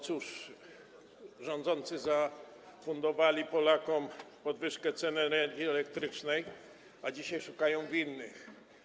Cóż, rządzący zafundowali Polakom podwyżkę cen energii elektrycznej, a dzisiaj szukają winnych.